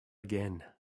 again